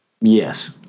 yes